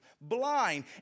blind